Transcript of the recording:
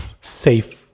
safe